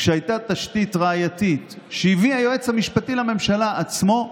כשהייתה תשתית ראייתית שהביא היועץ המשפטי לממשלה עצמו,